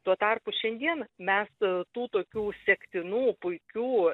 tuo tarpu šiandien mes tų tokių sektinų puikių